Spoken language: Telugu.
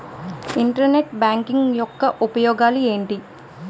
ఇంటర్నెట్ బ్యాంకింగ్ యెక్క ఉపయోగాలు ఎంటి?